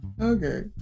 Okay